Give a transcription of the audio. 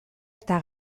eta